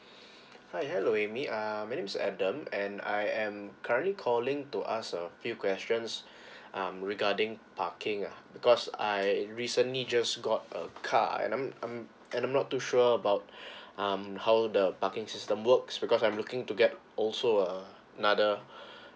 hi hello amy uh my name is adam and I am currently calling to ask a few questions um regarding parking ah because I recently just got a car and then I'm I'm and I'm not too sure about um how the parking system works because I'm looking to get also uh another